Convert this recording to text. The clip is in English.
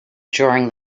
during